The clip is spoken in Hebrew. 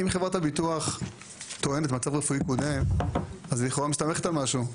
אם חברת הביטוח טוענת מצב רפואי קודם אז לכאורה היא מסתמכת על משהו,